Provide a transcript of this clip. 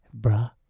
bruh